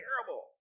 terrible